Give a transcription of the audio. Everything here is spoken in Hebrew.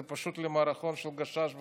זה פשוט למערכון של הגשש החיוור,